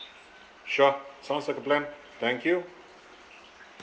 sure sounds like a plan thank you